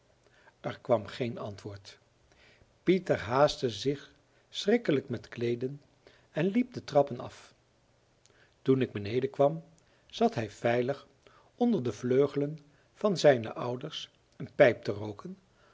er kwam geen antwoord pieter haastte zich schrikkelijk met kleeden en liep de trappen af toen ik beneden kwam zat hij veilig onder de vleugelen van zijne ouders een pijp te rooken